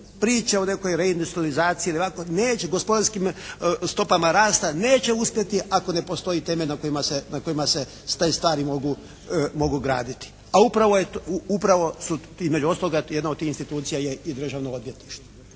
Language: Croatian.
priče o nekoj reindustrijalizaciji neće gospodarskim stopama rasta neće uspjeti ako ne postoji temelj na kojima se te stvari mogu graditi. A upravo između ostaloga jedna od tih institucija je i Državno odvjetništvo